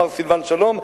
מר סילבן שלום.